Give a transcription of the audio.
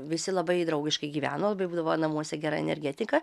visi labai draugiškai gyveno labai būdavo namuose gera energetika